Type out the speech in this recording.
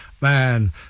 man